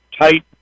tight